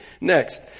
Next